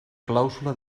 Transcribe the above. clàusula